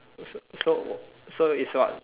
so so so it's what